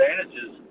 advantages